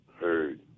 heard